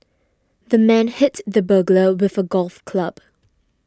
the man hit the burglar with a golf club